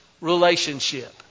relationship